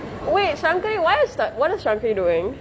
wait shangkari why is the what is shangkari doing